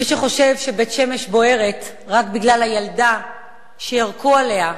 מי שחושב שבית-שמש בוערת רק בגלל הילדה שירקו עליה,